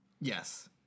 Yes